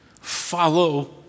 Follow